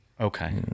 Okay